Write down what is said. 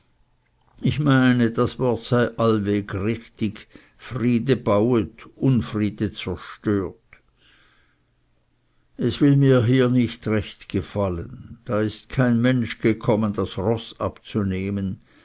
ich meine das wort sei allweg richtig friede bauet unfriede zerstört es will mir hier nicht recht gefallen da ist kein mensch gekommen das roß abzunehmen